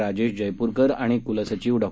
राजेश जयपूरकर आणि कुलसचिव डॉ